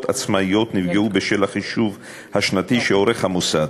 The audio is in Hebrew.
עצמאיות נפגעו בשל החישוב השנתי שהמוסד